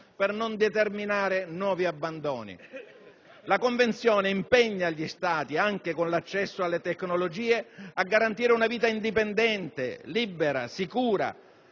per non determinare nuovi abbandoni. La Convenzione impegna gli Stati anche con l'accesso alle tecnologie a garantire una vita indipendente, libera, sicura,